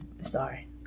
sorry